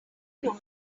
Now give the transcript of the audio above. know